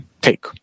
take